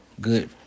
good